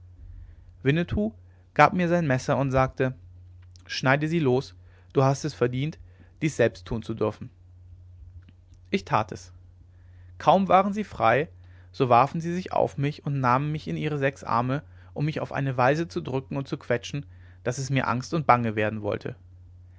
winnetou gab mir sein messer und sagte schneide sie los du hast es verdient dies selbst tun zu dürfen ich tat es kaum waren sie frei so warfen sie sich auf mich und nahmen mich in ihre sechs arme um mich auf eine weise zu drücken und zu quetschen daß es mir angst und bange werden wollte